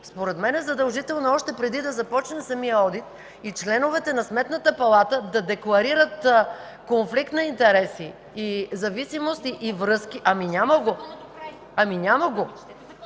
Според мен, задължително е още преди да започне самият одит и членовете на Сметната палата да декларират конфликт на интереси и зависимости, и връзки. ДОКЛАДЧИК